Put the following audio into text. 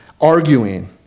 arguing